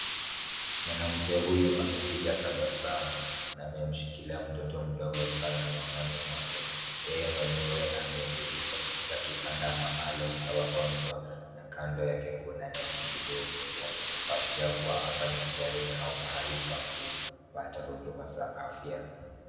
Mwanamke huyu amepiga tabasamu na amemshikilia mtoto mdogo sanaa mikononi mwake. Yeye mwenyewe ameketi katika kitanda maalum cha wagonjwa. Kando yake kuna neti iliyofungwa, kuashiria kuwa hapa ni hosipitalini au pahali pa kupata huduma za afya.